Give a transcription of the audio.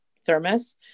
thermos